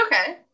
Okay